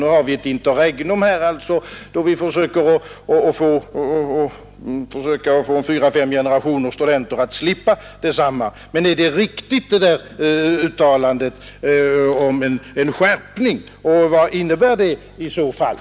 Nu har vi alltså ett interregnum, då vi försöker få fyra fem generationer studenter att slippa detsamma. Men är det uttalandet om en skärpning riktigt, och vad innebär den i så fall?